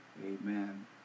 Amen